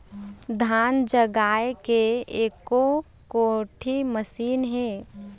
धान जगाए के एको कोठी मशीन हे?